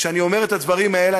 כשאני אומר את הדברים האלה,